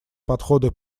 подходы